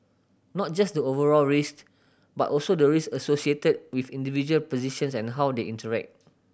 not just the overall risks but also the risk associated with individual positions and how they interact